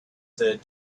said